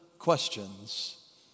questions